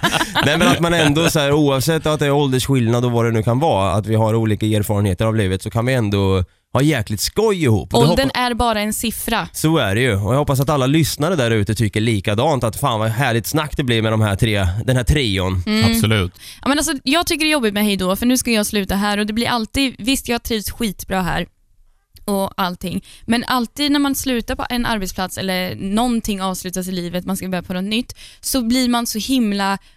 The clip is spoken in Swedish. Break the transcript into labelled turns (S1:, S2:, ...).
S1: Nej, men att man ändå så här, oavsett att det är åldersskillnad och vad det nu kan vara, att vi har olika erfarenheter av livet, så kan vi ändå ha jäkligt skoj ihop. Och jag
S2: Åldern
S1: hoppas-
S2: är bara en siffra.
S1: Så är det ju. Och jag hoppas att alla lyssnare där ute tycker likadant, att fan, vad härligt snack det blir med de här tre- den här trion.
S2: Mm.
S3: Absolut.
S2: Ja, men alltså, jag tycker det är jobbigt med hej då, för nu ska jag sluta här, och det blir alltid- visst, jag har trivts skitbra här och allting, men alltid när man slutar på en arbetsplats eller någonting avslutas i livet, man ska börja på något nytt, så blir man så himla